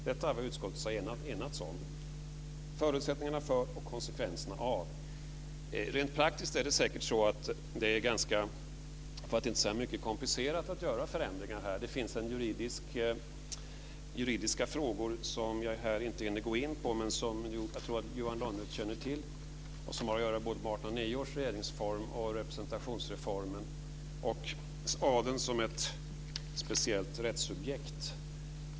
Detta är vad utskottet har enats om, dvs. "förutsättningarna för och konsekvenserna av". Rent praktiskt är det mycket komplicerat att göra förändringar. Det finns juridiska frågor som jag inte hinner gå in på men som jag tror att Johan Lönnroth känner till som har att göra med både 1809 års regeringsform och representationsreformen och adeln som ett speciellt rättssubjekt.